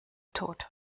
tot